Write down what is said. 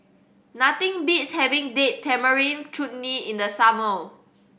nothing beats having Date Tamarind Chutney in the summer